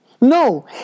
No